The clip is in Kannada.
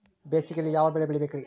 ಬೇಸಿಗೆಯಲ್ಲಿ ಯಾವ ಬೆಳೆ ಬೆಳಿಬೇಕ್ರಿ?